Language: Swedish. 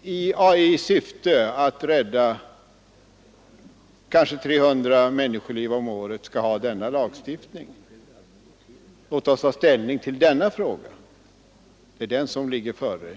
vi i syfte att rädda kanske 300 människoliv om året skall ha denna lagstiftning. Låt oss ta ställning till den frågan nu, eftersom det är den som behandlas i dag.